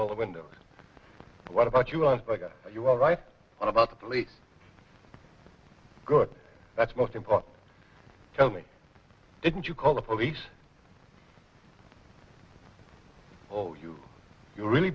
all the windows what about you i've got you all right what about the police good that's most important tell me didn't you call the police oh you you really